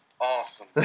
Awesome